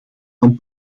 van